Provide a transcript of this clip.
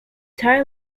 thai